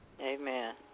Amen